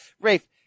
Rafe